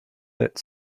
that